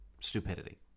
stupidity